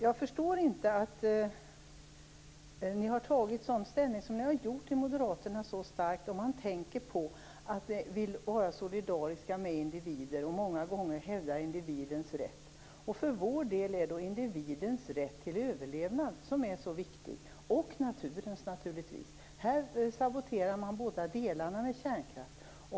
Jag förstår inte att moderaterna så starkt har tagit den ställning som ni har gjort. Ni säger ju att ni vill vara solidariska med individen och hävda individens rätt. För vår del är det individens och naturligtvis även naturens rätt till överlevnad som är så viktig. Här saboteras båda delarna med kärnkraft.